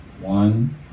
one